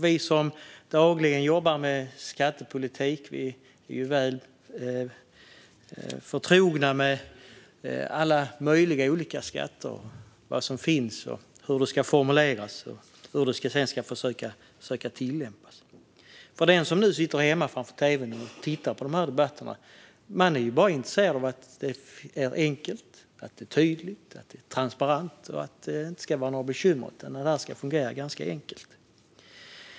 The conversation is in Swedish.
Vi som dagligen jobbar med skattepolitik är väl förtrogna med alla möjliga olika skatter, med vad som finns, hur det ska formuleras och hur det sedan ska försöka tillämpas. Den som nu sitter hemma framför tv:n och tittar på debatten är bara intresserad av att det är enkelt, tydligt och transparent. Det ska inte vara några bekymmer, utan det ska fungera ganska enkelt.